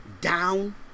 down